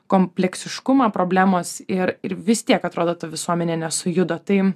kompleksiškumą problemos ir ir vis tiek atrodo ta visuomenė nesujudo tai